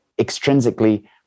extrinsically